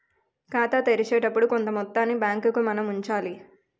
ఖాతా తెరిచేటప్పుడు కొంత మొత్తాన్ని బ్యాంకుకు మనం ఉంచాలి